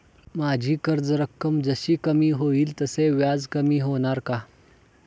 माझी कर्ज रक्कम जशी कमी होईल तसे व्याज कमी होणार का?